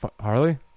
Harley